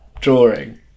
drawing